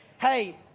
Hey